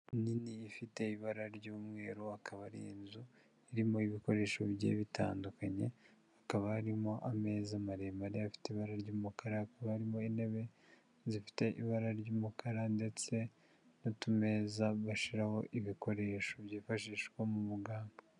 Inzu nini ifite ibara ry'umweru, akaba ari inzu irimo ibikoresho bigiye bitandukanye, hakaba harimo ameza maremare afite ibara ry'umukara, hakaba harimo intebe zifite ibara ry'umukara ndetse n'utumeza bashyiraho ibikoresho byifashishwa na muganga.